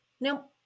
Nope